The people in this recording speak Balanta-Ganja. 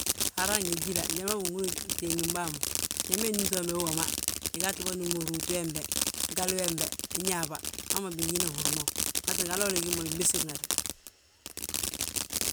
Hara ngi jíla njali ma binhúri biteengim bàa ma? Njali ma unnúmtibe wii woma, ugaata bà númi rúuti wembe, ghali wembe uñaabà. Hamma bigina húr mo, waatinga haloolo ugí mo binbesirnate.